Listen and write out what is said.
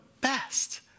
best